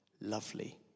lovely